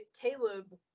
Caleb